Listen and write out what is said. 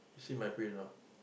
see my face now